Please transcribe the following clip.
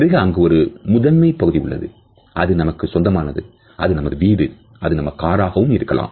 பிறகு அங்கு ஒரு முதன்மைப் பகுதி உள்ளது அது நமக்கு சொந்தமானது அது நமது வீடு அல்லது காரக இருக்கலாம்